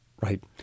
Right